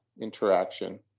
interaction